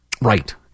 Right